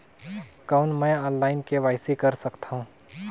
कौन मैं online KYC कर सकथव?